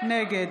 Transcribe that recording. נגד